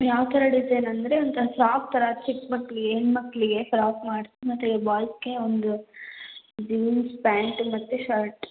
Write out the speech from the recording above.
ಯಾವ ಥರ ಡಿಸೈನ್ ಅಂದರೆ ಒಂಥರ ಫ್ರಾಕ್ ಥರ ಚಿಕ್ಕ ಮಕ್ಕಳಿಗೆ ಹೆಣ್ಣು ಮಕ್ಕಳಿಗೆ ಫ್ರಾಕ್ ಮಾಡಿ ಮತ್ತೆ ಬಾಯ್ಸ್ಗೆ ಒಂದು ಜೀನ್ಸ್ ಪ್ಯಾಂಟು ಮತ್ತು ಶರ್ಟ್